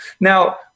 Now